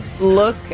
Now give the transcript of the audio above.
look